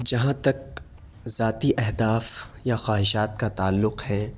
جہاں تک ذاتی اہداف یا خواہشات کا تعلق ہے